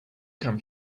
come